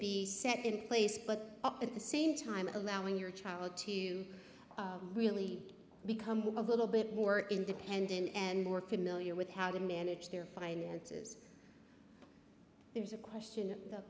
be set in place but at the same time allowing your child to really become a little bit more independent and more familiar with how to manage their finances there is a question that